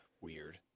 Weird